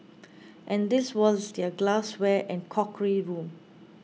and this was their glassware and crockery room